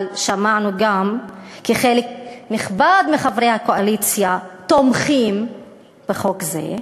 אבל שמענו גם כי חלק נכבד מחברי הקואליציה תומכים בחוק זה,